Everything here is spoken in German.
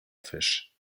fisch